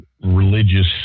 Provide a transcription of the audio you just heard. religious